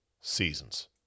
seasons